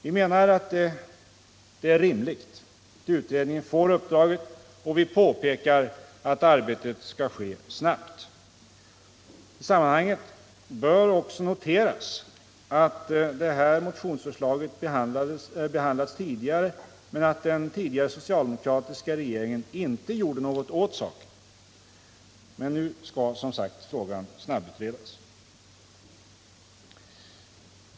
Vi menar att det är rimligt att utredningen får uppdraget, och vi påpekar att arbetet skall ske snabbt. I sammanhanget bör också noteras att det här motionsförslaget behandlats tidigare, och att den dåvarande socialdemokratiska regeringen inte gjorde något åt saken. Men nu skall som sagt frågan snabbutredas.